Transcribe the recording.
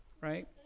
Right